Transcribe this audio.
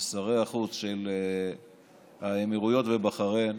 ושרי החוץ של האמירויות ובחריין